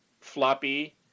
floppy